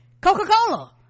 Coca-Cola